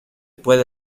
puede